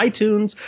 iTunes